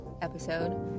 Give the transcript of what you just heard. episode